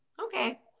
Okay